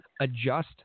adjust